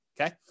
okay